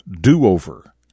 do-over